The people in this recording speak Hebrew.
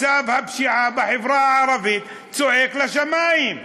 מצב הפשיעה בחברה הערבית צועק לשמים.